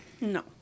No